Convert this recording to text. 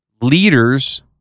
leaders